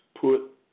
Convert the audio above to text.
put